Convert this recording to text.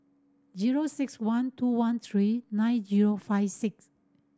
zero six one two one three nine zero five six